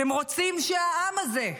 אתם רוצים שהעם הזה,